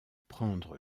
prendre